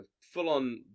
full-on